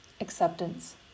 acceptance